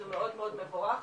זה מאוד מאוד מבורך.